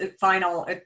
final